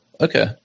Okay